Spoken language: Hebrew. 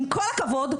עם כל הכבוד,